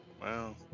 Wow